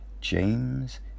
James